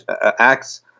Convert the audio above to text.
acts